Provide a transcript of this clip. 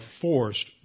forced